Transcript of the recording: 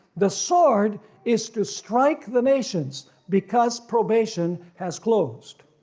the sword is to strike the nation's because probation has closed.